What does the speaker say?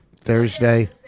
Thursday